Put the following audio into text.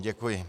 Děkuji.